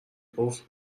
گفت